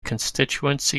constituency